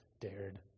dared